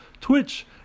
Twitch